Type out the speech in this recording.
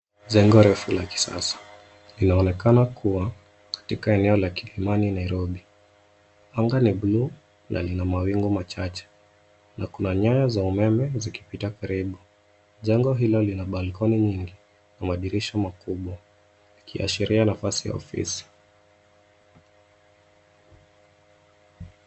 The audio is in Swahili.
Jengo refu la kisasa, linaonekana kuwa katika eneo la Kilimani, Nairobi. Anga ni buluu na lina mawingu machache na kuna nyaya za umeme zikipita karibu. Jengo hilo lina balcony nyingi na madirisha makubwa, ikiashiria nafasi ya ofisi.